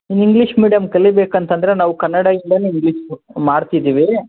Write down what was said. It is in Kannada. ಇಂಗ್ಲೀಷ್ ಮೀಡಿಯಂ ಕಲಿಬೇಕಂತಂದ್ರೆ ನಾವು ಕನ್ನಡಯಿಂದಾನೆ ಇಂಗ್ಲೀಷ್ ಮಾಡ್ತಿದ್ದೀವಿ